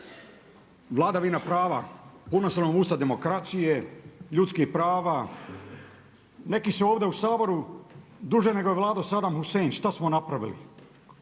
Vladavina prava, puna su nam usta demokracije, ljudskih prava, neki su ovdje u Saboru duže nego je vladao Sadam Husein. Šta smo napravili?